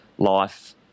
Life